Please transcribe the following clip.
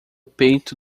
peito